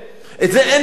את זה אין במצרים.